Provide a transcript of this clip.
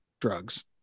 drugs